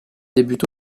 débute